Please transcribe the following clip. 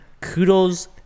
Kudos